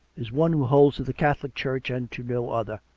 is one who holds to the catholic church and to no other.